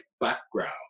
background